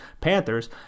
Panthers